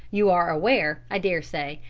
you are aware, i daresay,